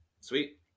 Sweet